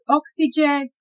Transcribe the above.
oxygen